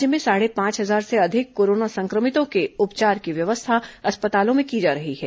राज्य में साढ़े पांच हजार से अधिक कोरोना सं क्र मितों के उपचार की व्यवस्था अस्पतालों में की जा रही है